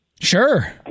Sure